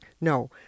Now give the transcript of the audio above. no